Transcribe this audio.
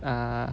uh